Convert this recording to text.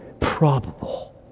probable